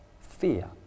Fear